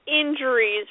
Injuries